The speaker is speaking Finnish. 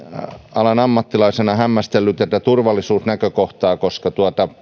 alan ammattilaisena hämmästellyt tätä turvallisuusnäkökohtaa koska